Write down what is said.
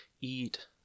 eat